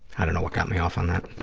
i don't know what got me off on that.